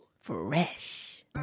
Fresh